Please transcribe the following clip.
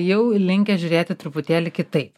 jau linkę žiūrėti truputėlį kitaip taip